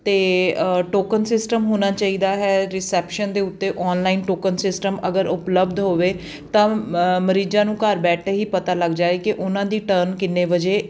ਅਤੇ token system ਹੋਣਾ ਚਾਹੀਦਾ ਹੈ ਰਿਸੈਪਸ਼ਨ ਦੇ ਉੱਤੇ ਔਨਲਾਈਨ ਟੋਕਨ ਸਿਸਟਮ ਅਗਰ ਉਪਲੱਬਧ ਹੋਵੇ ਤਾਂ ਮਰੀਜ਼ਾਂ ਨੂੰ ਘਰ ਬੈਠੇ ਹੀ ਪਤਾ ਲੱਗ ਜਾਏ ਕਿ ਉਹਨਾਂ ਦੀ ਟਰਨ ਕਿੰਨੇ ਵਜੇ